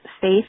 faith